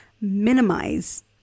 minimize